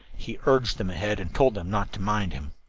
he urged them ahead and told them not to mind him.